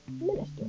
minister